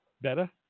better